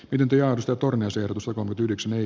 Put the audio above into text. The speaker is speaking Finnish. pidentyjaosto turnaus ehdotus on nyt yhdeksän eli